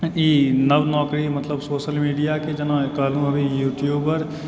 ई नव नौकरी मतलब सोशल मिडियाके जेना कहलहुँ अभी यूट्यूबर